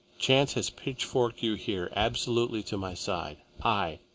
chance has pitchforked you here, absolutely to my side, i,